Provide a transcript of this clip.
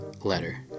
letter